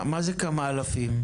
מה זה כמה אלפים?